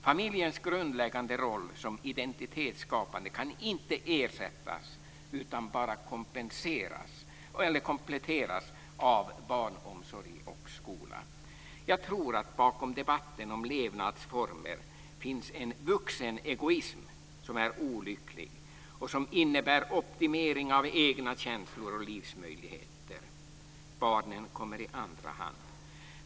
Familjens grundläggande roll som identitetsskapare kan inte ersättas, utan bara kompletteras av barnomsorg och skola. Jag tror att bakom debatten om levnadsformer finns en vuxenegoism som är olycklig och som innebär optimering av egna känslor och livsmöjligheter. Barnen kommer i andra hand.